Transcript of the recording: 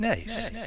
Nice